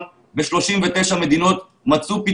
אני דתייה אדוקה,